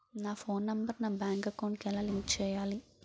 నా phone number నా bank account కి ఎలా లింక్ చేయాలి?